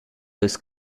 dois